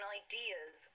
ideas